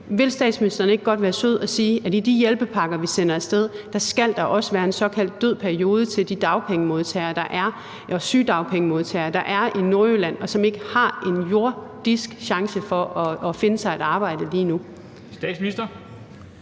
Vil statsministeren ikke godt være sød at sige, at der i forbindelse med de hjælpepakker, vi sender af sted, også skal være en såkaldt død periode til de dagpengemodtagere og de sygedagpengemodtagere, der er i Nordjylland, og som ikke har en jordisk chance for at finde sig et arbejde lige nu?